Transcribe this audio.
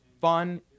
fun